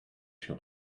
się